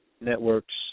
networks